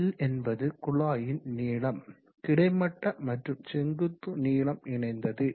L என்பது குழாயின் நீளம் கிடைமட்ட மற்றும் செங்குத்து நீளம் இணைந்தது